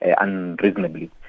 unreasonably